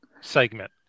segment